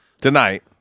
tonight